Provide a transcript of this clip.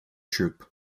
troupe